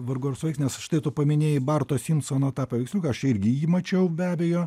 vargu ar suveiks nes štai tu paminėjai barto simpsono tą paveiksliuką aš irgi jį mačiau be abejo